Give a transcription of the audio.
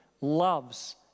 loves